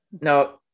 No